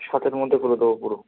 সাতের মধ্যে করে দেবো পুরো